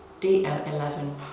DM11